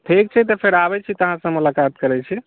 ठीक छै तऽ फेर आबै छी तऽ अहाँसँ मुलाकात करै छी